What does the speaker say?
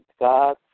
God